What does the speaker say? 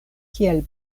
kiel